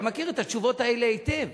אתה מכיר את התשובות האלה היטב.